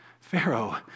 Pharaoh